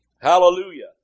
Hallelujah